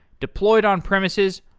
deployed on premises,